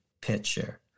picture